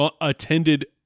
attended